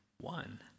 one